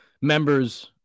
members